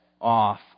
off